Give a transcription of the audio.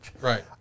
Right